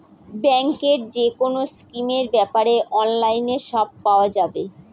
ব্যাঙ্কের যেকোনো স্কিমের ব্যাপারে অনলাইনে সব পাওয়া যাবে